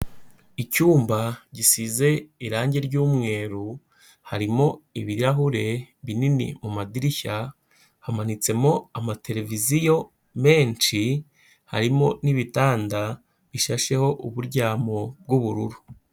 Icyumba gisize irangi ry'umweru, harimo ibirahure binini mu madirishya, hamanitsemo amateleviziyo menshi, harimo n'ibitanda bishasheho uburyamo bw'ubururu.